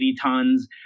tons